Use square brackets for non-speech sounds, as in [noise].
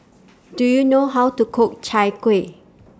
[noise] Do YOU know How to Cook Chai Kuih